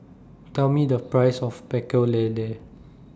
Tell Me The Price of Pecel Lele